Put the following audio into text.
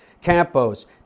Campos